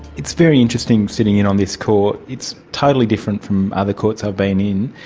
it's very interesting sitting in on this court. it's totally different from other courts i've beenin.